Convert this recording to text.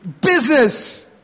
business